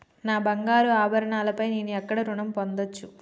నా బంగారు ఆభరణాలపై నేను ఎక్కడ రుణం పొందచ్చు?